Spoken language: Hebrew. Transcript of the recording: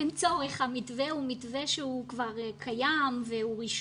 אין צורך, המתווה הוא מתווה שהוא קיים ורשמי.